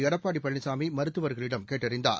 எடப்பாடி பழனிசாமி மருத்துவர்களிடம் கேட்டறிந்தார்